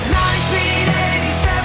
1987